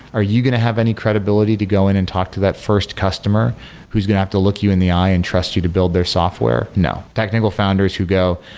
are you going to have any credibility to go in and talk to that first customer who's going to have to look you in the eye and trust you to build their software? no. technical founders who go,